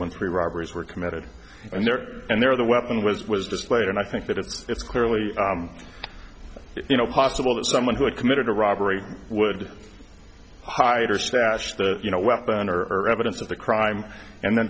three robberies were committed and there and there the weapon was was displayed and i think that it's clearly you know possible that someone who had committed a robbery would hider stash that you know weapon or evidence of the crime and then